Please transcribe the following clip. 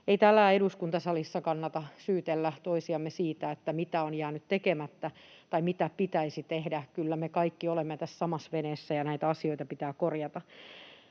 Ei täällä eduskuntasalissa kannata syytellä toisiamme siitä, mitä on jäänyt tekemättä tai mitä pitäisi tehdä. Kyllä me kaikki olemme tässä samassa veneessä, ja näitä asioita pitää korjata.